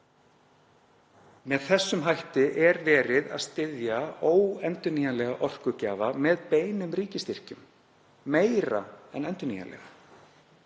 Með þessum hætti er verið að styðja óendurnýjanlega orkugjafa með beinum ríkisstyrkjum meira en endurnýjanlega,